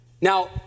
Now